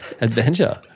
adventure